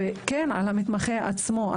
וכן על המתמחה עצמו.